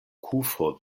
kufo